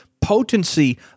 potency